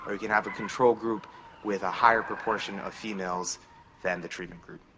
or we can have a control group with a higher proportion of females than the treatment group.